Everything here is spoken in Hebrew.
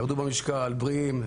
ירדו במשקל, בריאים.